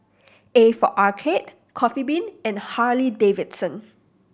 A for Arcade Coffee Bean and Harley Davidson